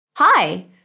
Hi